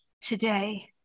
today